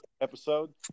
episode